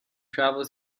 travel